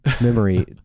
Memory